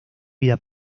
vida